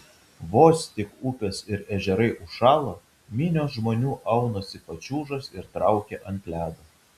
vos tik upės ir ežerai užšąla minios žmonių aunasi pačiūžas ir traukia ant ledo